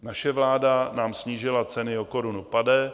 Naše vláda nám snížila ceny o korunu pade.